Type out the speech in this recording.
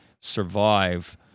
survive